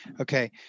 Okay